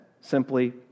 simply